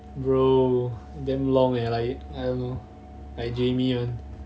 bro damn long leh like I don't know like jamie one